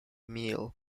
meal